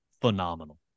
phenomenal